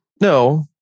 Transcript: No